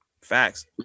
Facts